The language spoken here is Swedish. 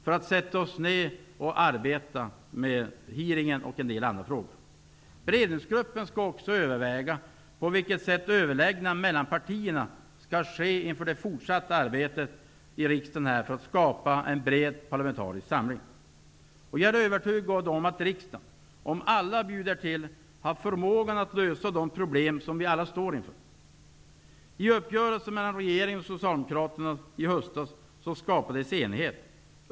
Gruppen skall arbeta med hearingen och en del andra frågor. Beredningsgruppen skall också överväga på vilket sätt överläggningarna mellan partierna skall ske inför det fortsatta arbetet i riksdagen för att skapa bred parlamentarisk samling. Jag är övertygad om att riksdagen, om alla bjuder till, har förmågan att lösa de problem vi står inför. I uppgörelsen mellan regeringen och socialdemokraterna i höstas skapades enighet.